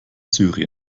syrien